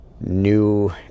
new